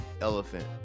elephant